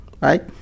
right